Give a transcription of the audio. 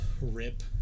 Rip